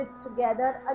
together